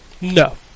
No